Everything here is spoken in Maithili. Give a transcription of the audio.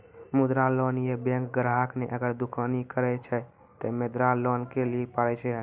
मुद्रा लोन ये बैंक ग्राहक ने अगर दुकानी करे छै ते मुद्रा लोन लिए पारे छेयै?